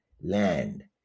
land